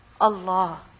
Allah